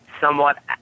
somewhat